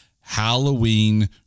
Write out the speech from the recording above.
Halloween